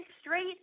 straight